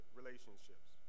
relationships